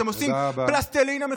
תודה רבה.